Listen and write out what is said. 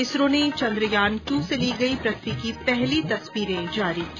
इसरो ने चंद्रयान टू से ली गई पृथ्वी की पहली तस्वीरें जारी की